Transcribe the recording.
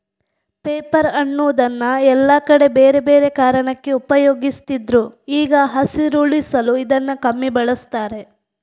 paper ಅನ್ನುದನ್ನ ಎಲ್ಲಾ ಕಡೆ ಬೇರೆ ಬೇರೆ ಕಾರಣಕ್ಕೆ ಉಪಯೋಗಿಸ್ತಿದ್ರು ಈಗ ಹಸಿರುಳಿಸಲು ಇದನ್ನ ಕಮ್ಮಿ ಬಳಸ್ತಾರೆ